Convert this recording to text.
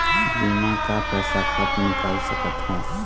बीमा का पैसा कब निकाल सकत हो?